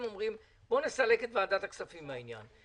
אומרים: בואו נסלק את ועדת הכספים מן העניין.